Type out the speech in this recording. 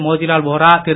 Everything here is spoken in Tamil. மோதிலால் வோரா திரு